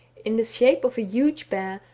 in the shape of a huge bear,